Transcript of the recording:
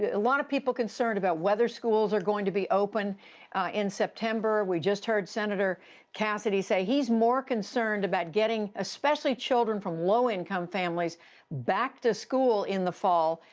a lot of people concerned about whether schools are going to be open in september. we just heard senator cassidy say he's more concerned about getting especially children from low-income families back to school in the fall.